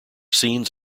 scenes